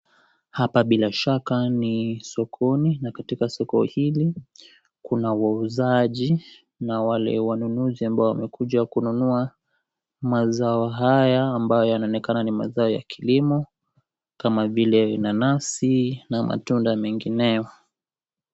Hapa bila shaka ni sokoni na katika soko hili kuna wauzaji na wale wanunuzi ambao wamekuja kununua mazao haya ambayo yanaonekana ni mazao ya kilimo kama vile nanasi na matunda mengineo.